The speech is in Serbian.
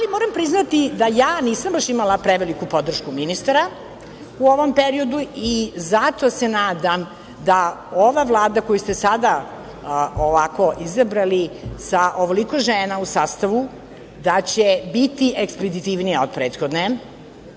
državi. Moram priznati da nisam baš imala preveliku podršku ministara u ovom periodu i zato se nadam da ova Vlada koju ste sada ovako izabrali, sa ovoliko žena u sastavu, da će biti ekspeditivnija od prethodne,